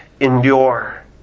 endure